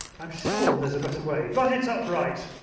i am sure there is a better way, but it is upright.